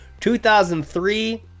2003